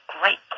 great